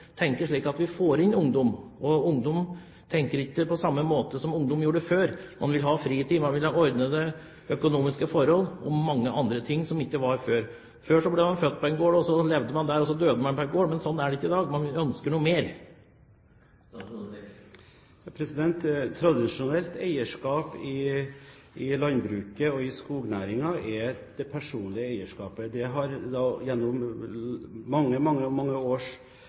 slik at vi får inn ungdom, og ungdom tenker ikke på samme måte som ungdom gjorde før. Man vil ha fritid, man vil ha ordnede økonomiske forhold og mange andre ting som ikke var før. Før ble man født på en gård, man levde på en gård og døde på en gård, men slik er det ikke i dag – man ønsker noe mer. Tradisjonelt eierskap i landbruket og i skognæringen er det personlige eierskapet. Det har gjennom mange, mange